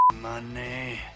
money